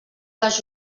les